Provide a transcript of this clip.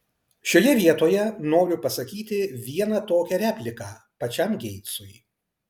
šioje vietoje noriu pasakyti vieną tokią repliką pačiam geitsui